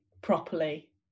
properly